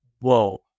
whoa